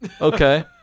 Okay